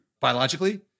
biologically